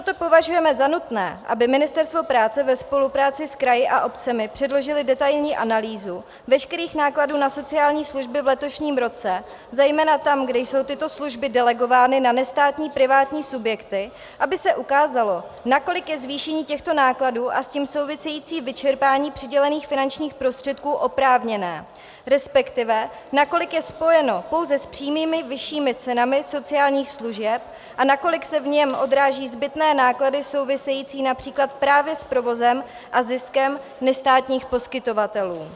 Proto považujeme za nutné, aby Ministerstvo práce ve spolupráci s kraji a obcemi předložilo detailní analýzu veškerých nákladů na sociální služby v letošním roce, zejména tam, kde jsou tyto služby delegovány na nestátní privátní subjekty, aby se ukázalo, nakolik je zvýšení těchto nákladů a s tím související vyčerpání přidělených finančních prostředků oprávněné, resp. nakolik je spojeno pouze s přímými vyššími cenami sociálních služeb a nakolik se v něm odráží zbytné náklady související například právě s provozem a ziskem nestátních poskytovatelů.